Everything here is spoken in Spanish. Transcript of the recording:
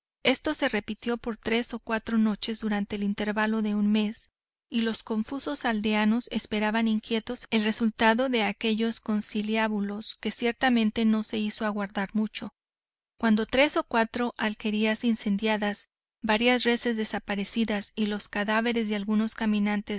esto se repitió por tres o cuatro noches durante el intervalo de un mes y los confusos aldeanos esperaban ansiosos el resultado de aquellos conciliábulos diabólicos que ciertamente no se hizo aguardar mucho cuando tres o cuatro alquerías incendiadas varias reses desaparecidas y los cadáveres de algunos caminantes